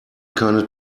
keine